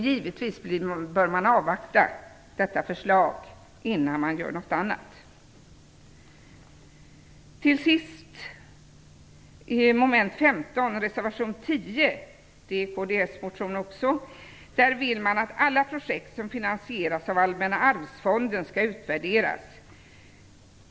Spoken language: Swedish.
Givetvis bör man avvakta detta förslag innan man gör någonting annat. Allmänna arvsfonden skall utvärderas.